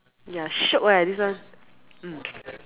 ya shiok leh this one mm